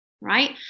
right